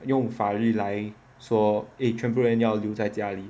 用法律来说 eh 全部人要留在家里